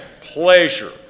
pleasure